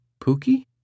Pookie